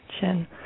Chin